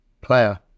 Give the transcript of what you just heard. player